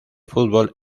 fútbol